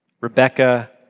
Rebecca